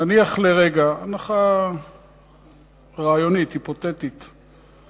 נניח לרגע, רעיונית, היפותטית,